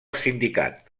sindicat